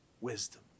wisdom